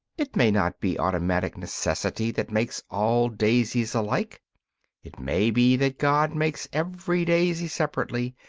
it may not be automatic necessity that makes all daisies alike it may be that god makes every daisy separately,